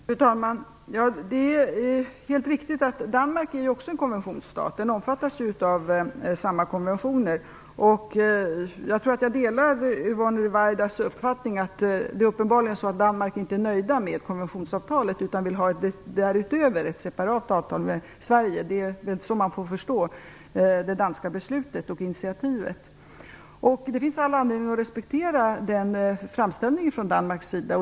Fru talman! Det är helt riktigt att Danmark också är en konventionsstat. Landet omfattas ju av samma konventioner. Jag tror att jag delar Yvonne Ruwaidas uppfattning att det uppenbarligen är så, att man från dansk sida inte är nöjd med konventionsavtalet utan därutöver vill ha ett separat avtal med Sverige. Det är så man får förstå det danska beslutet och initiativet. Det finns all anledning att respektera framställningen från Danmarks sida.